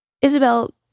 Isabel